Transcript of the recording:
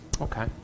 Okay